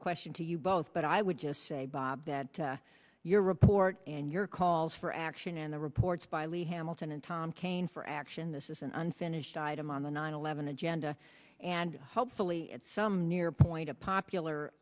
a question to you both but i would just say bob that your report and your calls for action in the reports by lee hamilton and tom kane for action this is an unfinished item on the nine eleven agenda and hopefully at some near point a popular